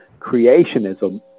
creationism